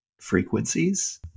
frequencies